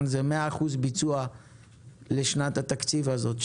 זה 100 אחוז ביצוע לשנת התקציב הזאת,